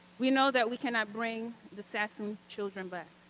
we know that we can not bring the sassoon children back,